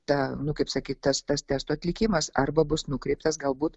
ta nu kaip sakyt tas tas testo atlikimas arba bus nukreiptas galbūt